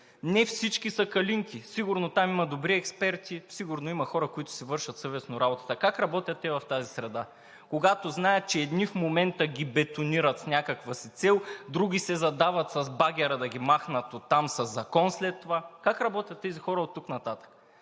Не всички са „калинки“, сигурно там има добри експерти, сигурно има хора, които си вършат съвестно работата. Как работят в тази среда, когато знаят, че едни в момента ги бетонират с някаква си цел, други се задават с багера, за да ги махнат след това оттам със закон?! Как работят тези хора оттук нататък?!